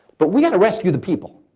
but we have to rescue the people.